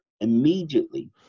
immediately